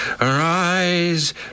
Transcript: Arise